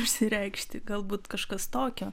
išsireikšti galbūt kažkas tokio